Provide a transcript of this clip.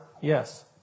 yes